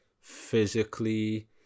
physically